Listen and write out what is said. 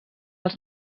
els